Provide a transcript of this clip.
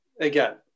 again